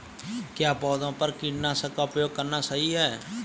क्या पौधों पर कीटनाशक का उपयोग करना सही है?